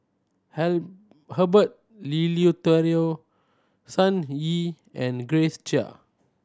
Herbert Eleuterio Sun Yee and Grace Chia